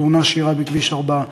בתאונה שאירעה בכביש 4,